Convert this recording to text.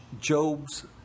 Job's